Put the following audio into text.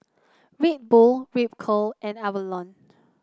Red Bull Ripcurl and Avalon